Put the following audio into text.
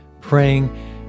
praying